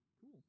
cool